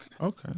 Okay